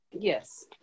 Yes